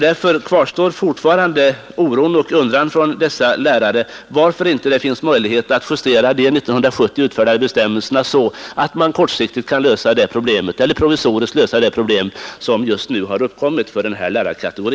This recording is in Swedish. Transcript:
Därför kvarstår hos dessa lärare fortfarande oron över varför det inte finns möjlighet att justera de 1970 utfärdade bestämmelserna så att man provisoriskt kan lösa de problem som just nu har uppkommit för denna lärarkategori.